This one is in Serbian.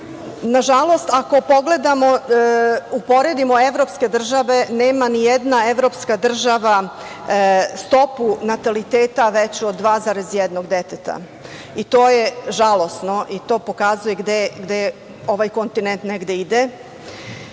pažnju. Nažalost ako pogledamo, uporedimo evropske države, nema nijedna evropska država stopu nataliteta veću od 2,1 deteta i to je žalosno i to pokazuje gde ovaj kontinent negde